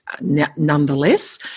nonetheless